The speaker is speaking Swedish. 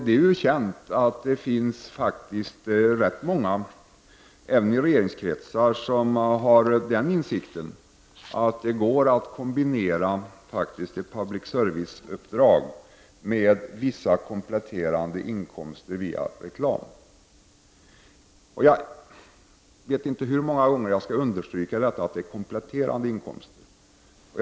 Det är ju känt att det finns rätt många även i regeringskretsar som har den insikten att det faktiskt går att förena ett public service-uppdrag med vissa kompletterande inkomster från reklam. Jag vet inte hur många gånger jag skall understryka att det är fråga om kompletterande inkomster.